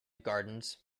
gardens